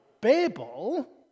Babel